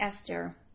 Esther